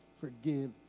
forgive